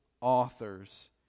authors